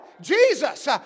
Jesus